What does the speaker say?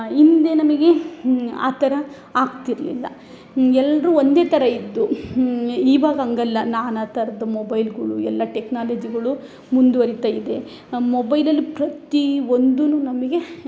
ಹಿಂದೇ ನಮಗೆ ಆ ಥರ ಆಗ್ತಿರಲಿಲ್ಲ ಎಲ್ಲರು ಒಂದೇ ಥರ ಇದ್ದು ಈವಾಗ ಹಂಗಲ್ಲ ನಾನಾ ಆ ಥರದ್ ಮೊಬೈಲ್ಗಳು ಎಲ್ಲ ಟೆಕ್ನಾಲಜಿಗಳು ಮುಂದುವರಿತ ಇದೆ ಮೊಬೈಲಲ್ಲಿ ಪ್ರತಿ ಒಂದು ನಮಗೆ